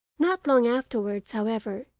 not long afterwards, however,